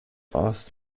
aus